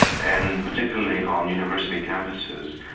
and particularly on university campuses,